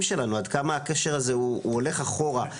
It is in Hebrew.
שלנו עד כמה הקשר הזה הוא הולך אחורה.